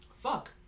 Fuck